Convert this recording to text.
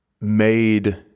made